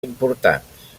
importants